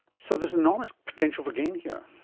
so there is enormous potential for gain here.